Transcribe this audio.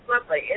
lovely